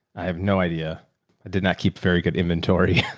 i have no idea. i did not keep very good inventory.